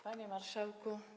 Panie Marszałku!